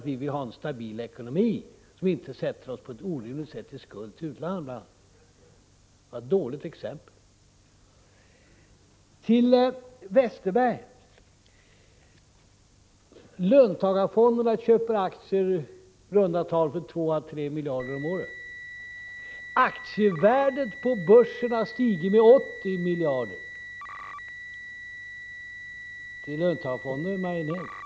Vi vill ha en stabil ekonomi så att vi inte på ett orimligt sätt sätter oss i skuld till utlandet. Det var ett dåligt exempel. Bengt Westerberg, löntagarfonderna köper aktier för i runda tal 2-3 miljarder om året. Aktievärdet på börsen har stigit med 80 miljarder. Till löntagarfonderna är ökningen marginell.